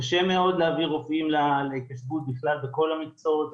קשה מאוד להביא רופאים להתיישבות בכלל בכל המקצועות.